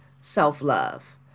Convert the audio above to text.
self-love